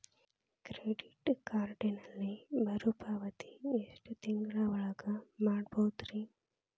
Credit ಕಾರ್ಡಿನಲ್ಲಿ ಮರುಪಾವತಿ ಎಷ್ಟು ತಿಂಗಳ ಒಳಗ ಮಾಡಬಹುದ್ರಿ?